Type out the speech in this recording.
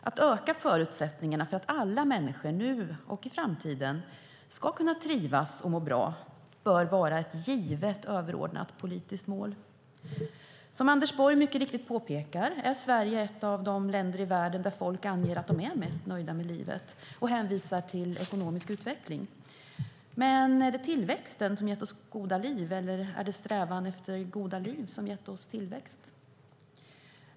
Att öka förutsättningarna för att alla människor nu och i framtiden ska kunna trivas och må bra bör vara ett givet överordnat politiskt mål. Som Anders Borg mycket riktigt påpekar är Sverige ett av de länder i världen där folk anger att de är mest nöjda med livet, och han hänvisar till ekonomisk utveckling. Men är det tillväxt som har gett oss goda liv, eller är det strävan efter goda liv som har gett oss tillväxt?